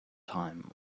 time